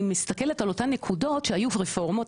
אני מסתכלת על אותן נקודות שהיו רפורמות,